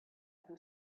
who